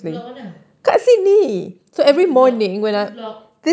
block mana this block this block